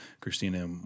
christina